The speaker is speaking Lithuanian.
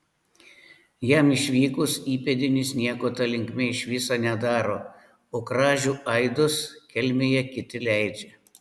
jam išvykus įpėdinis nieko ta linkme iš viso nedaro o kražių aidus kelmėje kiti leidžia